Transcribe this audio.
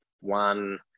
one